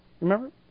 remember